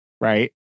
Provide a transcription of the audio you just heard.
right